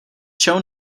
shown